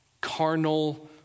carnal